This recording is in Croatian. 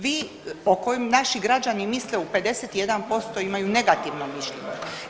Vi o kojem naši građani misle u 51% imaju negativno mišljenje.